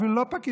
אפילו לא פקיד,